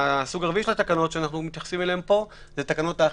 הסוג הרביעי של התקנות שמתייחסים אליהן פה הוא תקנות האכיפה.